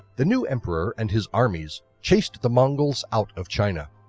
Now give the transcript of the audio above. the new emperor and his armies chased the mongols out of china.